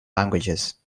languages